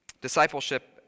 Discipleship